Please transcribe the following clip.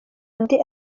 undi